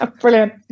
Brilliant